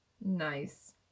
nice